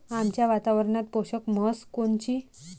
आमच्या वातावरनात पोषक म्हस कोनची?